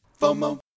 FOMO